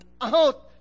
out